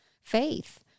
faith